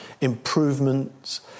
improvements